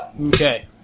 Okay